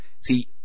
See